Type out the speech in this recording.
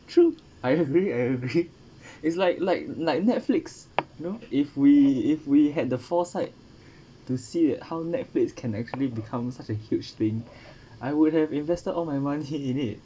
true I agree I agree it's like like like netflix you know if we if we had the foresight to see at how netflix can actually become such a huge thing I would have invested all my money in it